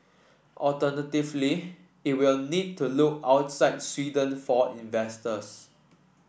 alternatively it will need to look outside Sweden for investors